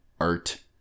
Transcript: art